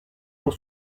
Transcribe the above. pour